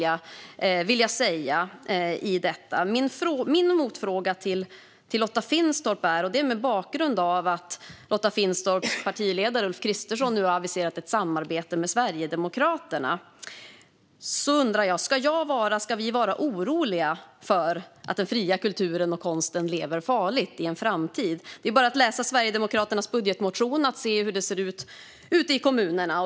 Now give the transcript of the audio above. Jag vill ställa en motfråga till Lotta Finstorp, mot bakgrund av att Lotta Finstorps partiledare Ulf Kristersson nu har aviserat ett samarbete med Sverigedemokraterna. Ska vi vara oroliga för att den fria kulturen och konsten lever farligt i framtiden? Bara genom att läsa Sverigedemokraternas budgetmotion ser man hur det ser ut i kommunerna.